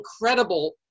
incredible